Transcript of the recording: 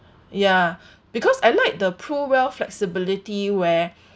ya because I like the PRUWealth flexibility where